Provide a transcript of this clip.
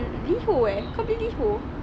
Liho eh kau beli Liho